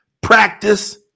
practice